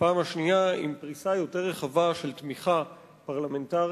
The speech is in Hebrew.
בפעם השנייה עם פריסה יותר רחבה של תמיכה פרלמנטרית,